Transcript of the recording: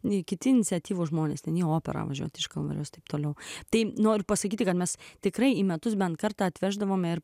nei kiti iniciatyvūs žmonės nei opera važiuoti iš kambario ir taip toliau tai noriu pasakyti kad mes tikrai į metus bent kartą atveždavome ir